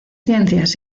ciencias